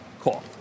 call